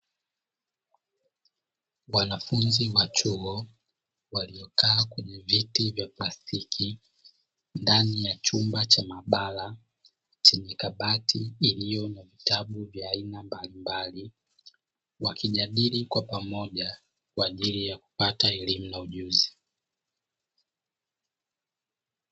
Wanafunzi wa chuo waliokaa kwenye viti vya plastiki ndani ya chumba cha maabara chenye kabati lililo na vitabu vya aina mbalimbali, wakijadili kwa pamoja kwa ajili ya kupata elimu na ujuzi.